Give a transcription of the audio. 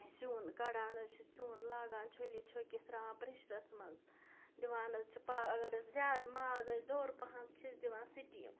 سیُن کَڑان حظ چھِ سیُن لاگان چھٔلِتھ چھوٚکِتھ تراوان پریٚشرَس منٛز دِوان حظ چھِ پا اَگر حظ زیادٕ ماز أسۍ دوٚر پَہَم چھِ أسۍ دِوان سِٹیٖم